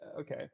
okay